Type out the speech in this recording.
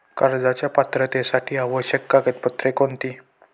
कर्जाच्या पात्रतेसाठी आवश्यक कागदपत्रे कोणती?